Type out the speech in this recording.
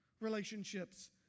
relationships